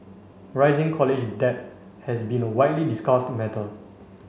rising college debt has been a widely discussed matter